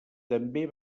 també